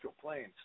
planes